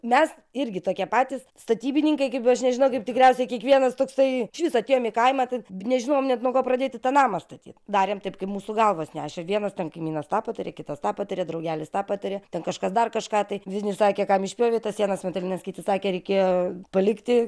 mes irgi tokie patys statybininkai kaip aš nežinau kaip tikriausiai kiekvienas toksai išvis atėjom į kaimą tad nežinojom net nuo ko pradėti tą namą statyt darėm taip kaip mūsų galvos nešė vienas ten kaimynas tą patarė kitas tą patarė draugelis tą patarė ten kažkas dar kažką tai vilniuj sakė kam išpjovė tas sienas metalines kiti sakė reikėjo palikti